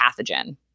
pathogen